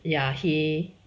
ya he